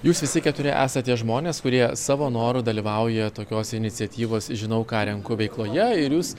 jūs visi keturi esate žmonės kurie savo noru dalyvauja tokiose iniciatyvos žinau ką renku veikloje ir jūs